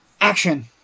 Action